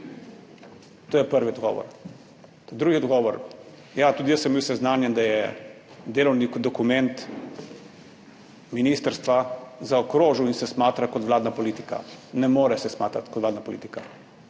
To je prvi odgovor. Drugi odgovor. Ja, tudi jaz sem bil seznanjen, da je delovni dokument ministrstva zaokrožil in se smatra kot vladna politika. Ne more se smatrati kot vladna politika.